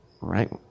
right